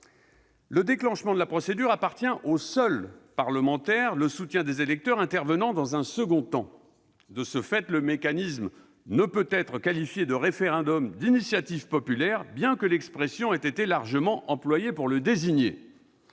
Le déclenchement de la procédure appartient aux seuls parlementaires, le soutien des électeurs intervenant dans un second temps. De ce fait, le mécanisme ne peut être qualifié de référendum d'initiative populaire, bien que l'expression ait été largement employée pour le désigner.